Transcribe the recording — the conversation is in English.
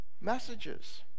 messages